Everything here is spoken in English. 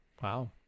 Wow